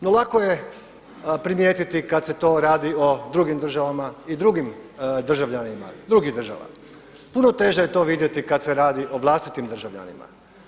No lako je primijetiti kada se to radi o drugim državama i drugim državljanima drugih država, puno teže je to vidjeti kada se radi o vlastitim državljanima.